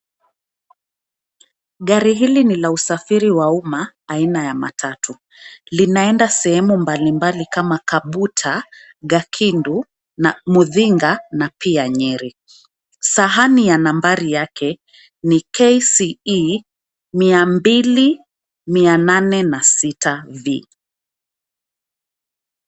Gari hili ni la usafiri wa umma aina ya matatu. Linaenda sehemu mbalimbali kama Kabuta, Gakindu, Muthinga na pia Nyeri. Sahani ya nambari yake ni KCE 286V .